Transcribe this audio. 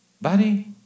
buddy